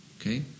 Okay